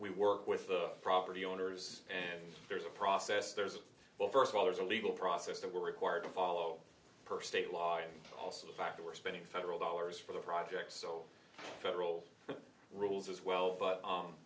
we work with the property owners and there's a process there's well first of all there's a legal process that we're required to follow per state law in fact we're spending federal dollars for the project so federal rules as well but